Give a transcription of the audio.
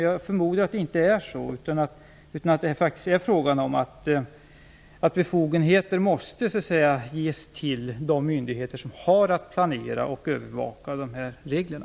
Jag förmodar att det inte är så, utan att det faktiskt är fråga om att befogenheter måste ges till de myndigheter som har att planera och övervaka de här reglerna.